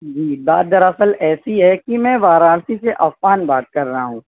جی بات در اصل ایسی ہے کہ میں وارانسی سی سے عفان بات کر رہا ہوں